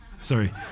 sorry